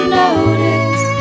notice